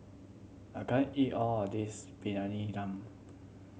I can't eat all of this Briyani Dum